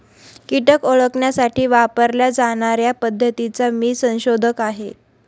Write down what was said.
कीटक ओळखण्यासाठी वापरल्या जाणार्या पद्धतीचा मी संशोधक आहे